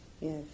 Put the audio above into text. Yes